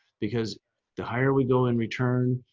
because the higher we go in return,